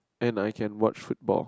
and I can watch football